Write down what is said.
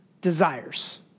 desires